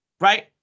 right